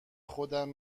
خودم